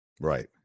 Right